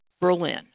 Berlin